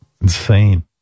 Insane